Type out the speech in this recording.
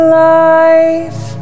life